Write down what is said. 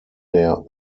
der